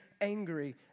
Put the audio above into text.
angry